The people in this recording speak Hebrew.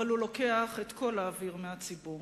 אבל הוא לוקח את כל האוויר מהציבור.